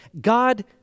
God